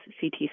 CT